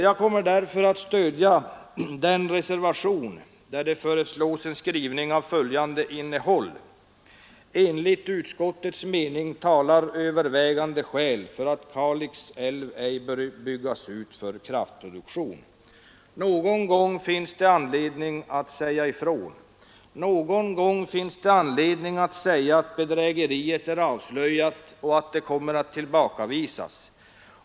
Jag kommer därför att stödja den reservation där det föreslås en skrivning av följande innehåll: ”Enligt utskottets mening talar övervägande skäl för att Kalix älv ej bör byggas ut för kraftproduktion.” Någon gång finns det anledning att säga ifrån. Någon gång finns det anledning att säga att bedrägeriet är avslöjat och att det kommer att tillbakavisas.